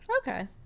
okay